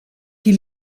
die